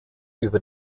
über